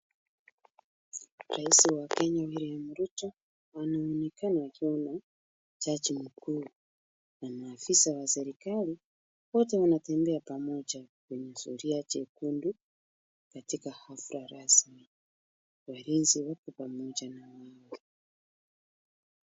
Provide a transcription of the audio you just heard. Rais wa Kenya William Ruto anaonekana akiwa na jaji mkuu na maafisa wa serikali wote wanatembea pamoja kwenye zulia jekundu katika hafla rasmi. Walinzi wako pamoja na wao.